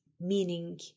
meaning